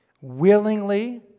Willingly